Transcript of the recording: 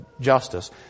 justice